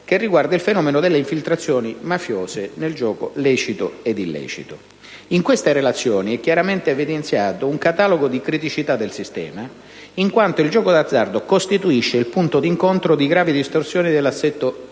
specifica il fenomeno delle infiltrazioni mafiose nel gioco lecito e illecito. In queste relazioni è chiaramente evidenziato un catalogo di criticità del sistema, in quanto il gioco d'azzardo costituisce il punto di incontro di gravi distorsioni dell'assetto socioeconomico